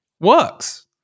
works